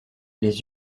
les